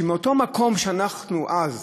שמאותו מקום שאנחנו אז,